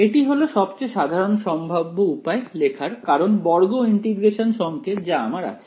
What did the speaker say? এটি হলো সবচেয়ে সাধারণ সম্ভাব্য উপায় লেখার কারণ বর্গ ইন্টিগ্রেশন সংকেত যা আমার আছে